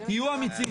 תהיו אמיצים.